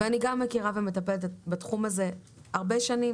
ואני גם מכירה ומטפלת בתחום הזה הרבה שנים